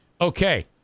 Okay